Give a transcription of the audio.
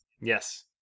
yes